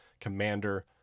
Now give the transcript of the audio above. Commander